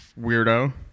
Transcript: weirdo